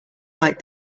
like